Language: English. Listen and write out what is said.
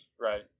right